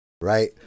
Right